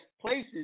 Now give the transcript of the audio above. places